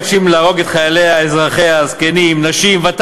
חברת הכנסת מירי